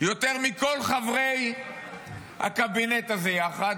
יותר מכל חברי הקבינט הזה יחד,